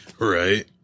right